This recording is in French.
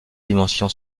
dimension